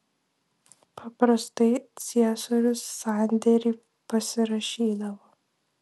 paprastai ciesorius sandėrį pasirašydavo